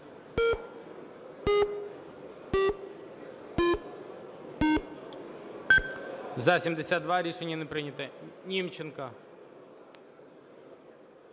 За-72 Рішення не прийнято. Німченко.